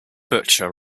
butcher